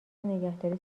نگهداری